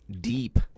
deep